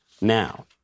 now